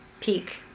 peak